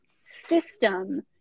system